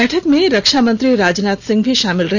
बैठक में रक्षा मंत्री राजनाथ सिंह भी शामिल रहे